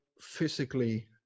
physically